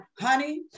honey